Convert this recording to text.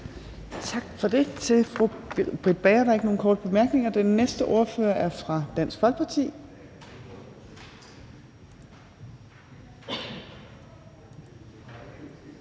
Tak til fru Britt Bager. Der er ikke nogen korte bemærkninger. Den næste ordfører er fra Dansk Folkeparti.